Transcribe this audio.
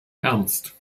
ernst